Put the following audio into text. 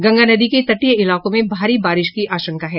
गंगा नदी के तटीय इलाकों में भारी बारिश की आशंका है